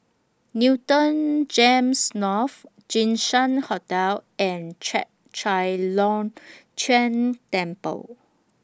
Newton Gems North Jinshan Hotel and Chek Chai Long Chuen Temple